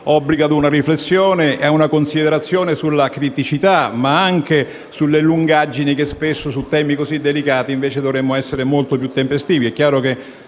obbliga a una riflessione e a una considerazione sulle criticità, ma anche sulle lungaggini che spesso si hanno su temi così delicati, su cui dovremmo invece essere molto più tempestivi. È chiaro che,